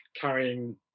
carrying